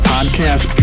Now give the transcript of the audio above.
Podcast